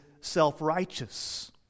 self-righteous